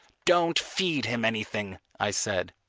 don't feed him anything, i said.